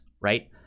right